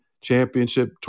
championship